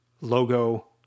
logo